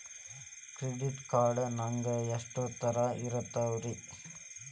Credit card ನಾಗ ಎಷ್ಟು ತರಹ ಇರ್ತಾವ್ರಿ?